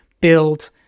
build